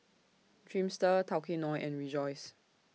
Dreamster Tao Kae Noi and Rejoice